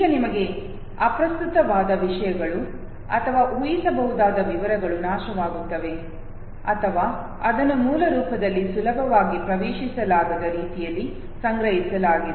ಈಗ ನಮಗೆ ಅಪ್ರಸ್ತುತವಾದ ವಿಷಯಗಳು ಅಥವಾ ಊಹಿಸಬಹುದಾದ ವಿವರಗಳು ನಾಶವಾಗುತ್ತವೆ ಅಥವಾ ಅದನ್ನು ಮೂಲ ರೂಪದಲ್ಲಿ ಸುಲಭವಾಗಿ ಪ್ರವೇಶಿಸಲಾಗದ ರೀತಿಯಲ್ಲಿ ಸಂಗ್ರಹಿಸಲಾಗಿದೆ